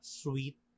sweet